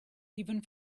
even